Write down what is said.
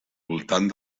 voltant